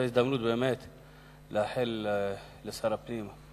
זאת ההזדמנות באמת לאחל לשר הפנים,